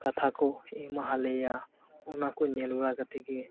ᱠᱟᱛᱷᱟ ᱠᱚ ᱮᱢᱟ ᱞᱮᱭᱟ ᱚᱱᱟ ᱠᱚ ᱧᱮᱞ ᱵᱟᱲᱟ ᱠᱟᱛᱮᱫ ᱜᱮ